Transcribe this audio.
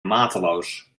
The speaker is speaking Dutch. mateloos